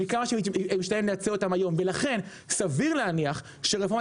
מכמה שמשתלם לייצא אותם היום ולכן סביר להניח שרפורמת